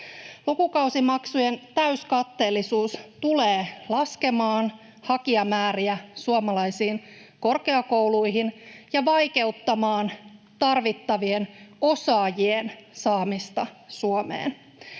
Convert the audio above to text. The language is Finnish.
Lukukausimaksujen täyskatteellisuus tulee laskemaan hakijamääriä suomalaisiin korkeakouluihin ja vaikeuttamaan tarvittavien osaajien saamista Suomeen.